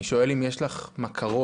אני שואל אם יש לך מכרות,